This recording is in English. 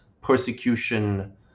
persecution